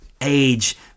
age